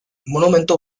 monumentu